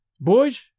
Boys